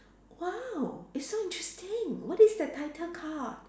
!wow! it's so interesting what is that title called